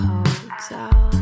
Hotel